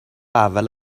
اول